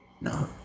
no